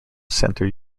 center